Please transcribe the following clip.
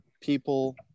people